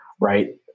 right